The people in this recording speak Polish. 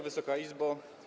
Wysoka Izbo!